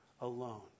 alone